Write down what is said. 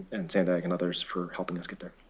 and sandag, and others for helping us get there.